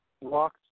walk